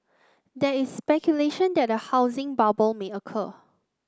there is speculation that a housing bubble may occur